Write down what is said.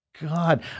God